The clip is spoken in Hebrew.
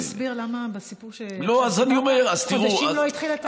אבל זה עדיין לא מסביר למה חודשים לא התחיל התהליך.